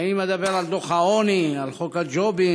האם אדבר על דוח העוני, על חוק הג'ובים,